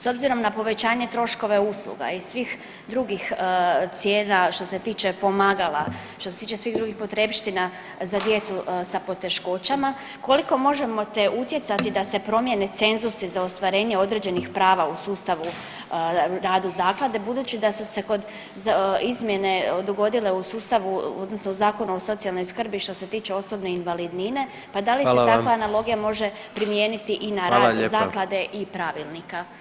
S obzirom na povećanje troškova usluga i svih drugih cijena što se tiče pomagala, što se tiče svih drugih potrepština za djecu sa poteškoćama koliko možete utjecati da se promijene cenzusi za ostvarenje određenih prava u sustavu, radu zaklade budući da su se kod izmjene dogodile u sustavu odnosno u Zakonu o socijalnoj skrbi što se tiče osobne invalidnine, pa da li se takva analogija može primijeniti i na rad zaklade i pravilnika.